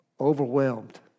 overwhelmed